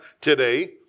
today